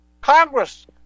Congress